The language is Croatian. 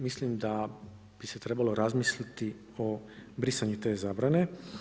Mislim da bi se trebalo razmisliti o brisanju te zabrane.